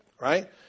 Right